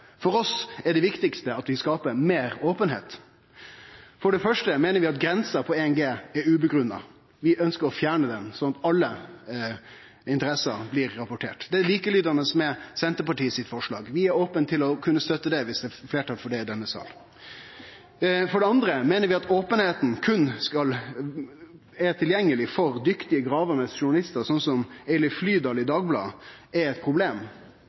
For oss er det viktigaste at vi skaper meir openheit. For det første meiner vi at grensa på 1 G er ugrunna. Vi ønskjer å fjerne ho, sånn at alle interesser blir rapporterte. Det er einslydande med forslaget frå Senterpartiet. Vi er opne for å kunne støtte det, viss det er fleirtal for det i denne salen. For det andre meiner vi at det at openheita berre er tilgjengeleg for dyktige, gravande journalistar, som Eiliv Flydal i Dagbladet, er eit problem.